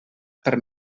per